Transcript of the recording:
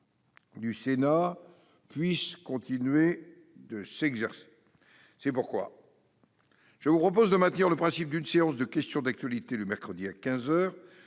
du Sénat puisse continuer de s'exercer. C'est pourquoi je vous propose de maintenir le principe d'une séance de questions d'actualité le mercredi à